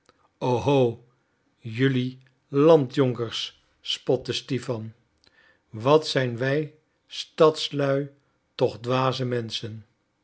jelui landjonkers spotte stipan wat zijn wij stadslui toch dwaze menschen